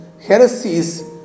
heresies